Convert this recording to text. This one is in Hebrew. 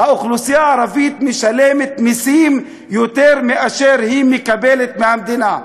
האוכלוסייה הערבית משלמת מסים יותר מאשר היא מקבלת מהמדינה,